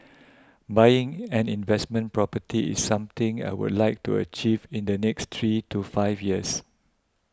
buying an investment property is something I would like to achieve in the next three to five years